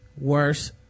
worse